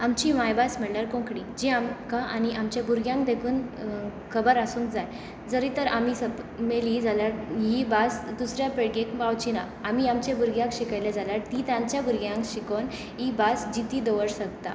आमची मायभास म्हणल्यार कोंकणी जी आमकां आनी आमच्या भुरग्यांक देखून खबर आसूंक जाय जरी तर आमी मेलीं जाल्यार ही भास दुसऱ्या पिळगेक पावची ना आमी आमचे भुरग्यांक शिकयलें जाल्यार तीं तांच्या भुरग्यांक शिकोवन ही भास जिती दवरूंक शकता